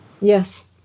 Yes